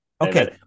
okay